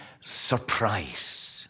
surprise